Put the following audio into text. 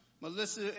Melissa